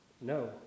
No